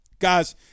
Guys